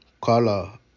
color